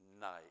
night